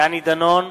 דני דנון,